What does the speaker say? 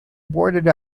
boarded